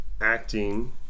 acting